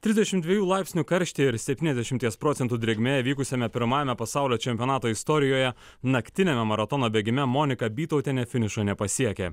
trisdešim dviejų laipsnių karštyje ir septyniasdešimties procentų drėgmėje vykusiame pirmajame pasaulio čempionato istorijoje naktiniame maratono bėgime monika bytautienė finišo nepasiekė